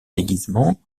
déguisement